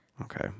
Okay